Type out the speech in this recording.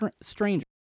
stranger